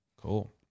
Cool